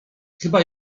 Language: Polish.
chyba